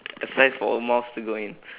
a size for a mouse to go in